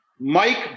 Mike